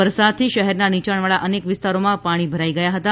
વરસાદથી શહેરના નીયાણ વાળા અનેક વિસ્તારોમાં પાણી ભરાઈ ગયા હતા